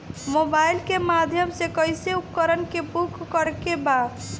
Mobile के माध्यम से कैसे उपकरण के बुक करेके बा?